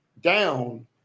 down